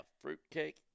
Fruitcake